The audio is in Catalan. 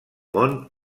món